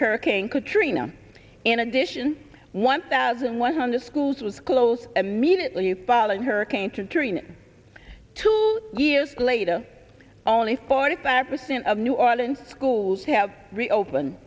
hurricane katrina in addition one thousand one hundred schools was closed immediately following hurricane katrina two years later only forty five percent of new orleans schools have reopened